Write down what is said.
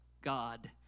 God